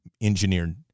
engineered